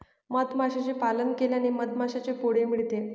मधमाशांचे पालन केल्याने मधमाशांचे पोळे मिळते